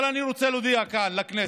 אבל אני רוצה להודיע כאן לכנסת: